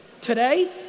Today